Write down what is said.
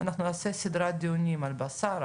אנחנו נעשה סדרת דיונים על בשר,